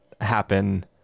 happen